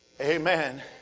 amen